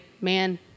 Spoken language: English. man